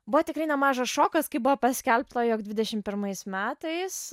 buvo tikrai nemažas šokas kai buvo paskelbta jog dvidešim pirmais metais